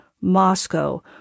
Moscow